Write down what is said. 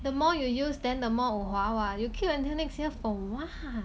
the more you use then the more wu 划 what you keep until next year for what